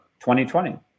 2020